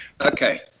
Okay